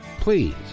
Please